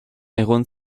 egon